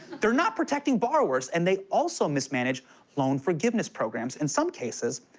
they're not protecting borrowers, and they also mismanage loan forgiveness programs. in some cases,